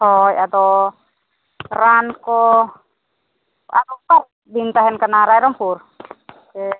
ᱦᱳᱭ ᱟᱫᱚ ᱨᱟᱱ ᱠᱚ ᱟᱨ ᱚᱠᱟ ᱨᱮᱵᱤᱱ ᱛᱟᱦᱮᱱ ᱠᱟᱱᱟ ᱨᱟᱭᱨᱚᱢᱯᱩᱨ ᱥᱮ